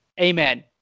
Amen